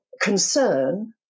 concern